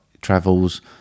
travels